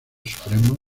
supremo